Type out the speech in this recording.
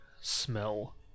smell